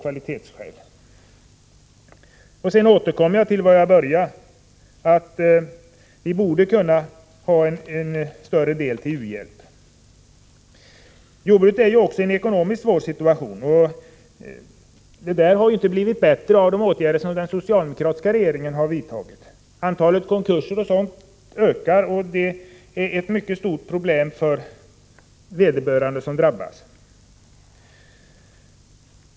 Jag kommer tillbaka till vad jag började med, att vi borde kunna avsätta en större del till u-hjälp. Jordbruket är också i en ekonomiskt svår situation, och situationen har inte blivit bättre av de åtgärder som den socialdemokratiska regeringen har vidtagit. Antalet konkurser har ökat. Det innebär ett mycket stort problem för dem som drabbas.